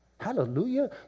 hallelujah